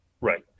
Right